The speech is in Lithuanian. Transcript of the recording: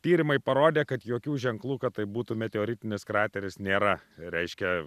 tyrimai parodė kad jokių ženklų kad tai būtų meteoritinis krateris nėra reiškia